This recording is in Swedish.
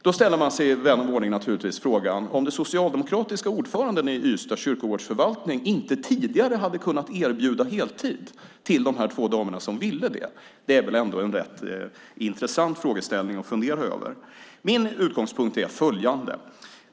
Då ställer sig vän av ordning förstås frågan om den socialdemokratiske ordföranden i kyrkogårdsförvaltningen inte tidigare hade kunnat erbjuda heltid till de här två damerna som ville det. Det är en rätt intressant frågeställning att fundera över. Min utgångspunkt är följande.